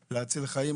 כדי להציל חיים,